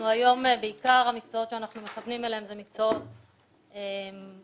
היום המקצועות שאנחנו מכוונים אליהם בעיקר הם מקצועות תעשייתיים,